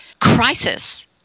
crisis